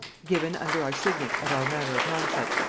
given under our signet at our manor of nonesuch,